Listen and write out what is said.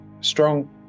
Strong